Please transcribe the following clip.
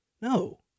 No